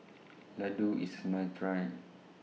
Laddu IS must Try